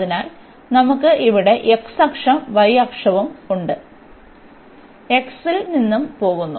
അതിനാൽ നമുക്ക് ഇവിടെ x അക്ഷം y അക്ഷവും ഉണ്ട് x 0 ൽ നിന്നും പോകുന്നു